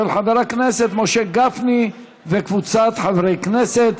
של חבר הכנסת משה גפני וקבוצת חברי הכנסת,